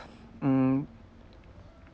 mm